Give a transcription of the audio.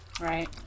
Right